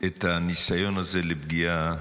את הניסיון הזה לפגיעה